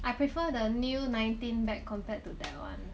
I prefer the new nineteen bag compared to that one